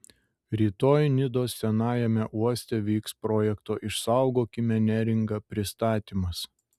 rytoj nidos senajame uoste vyks projekto išsaugokime neringą pristatymas